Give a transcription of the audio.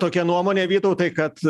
tokia nuomonė vytautai kad